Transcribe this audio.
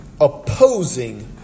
opposing